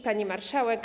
Pani Marszałek!